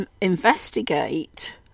investigate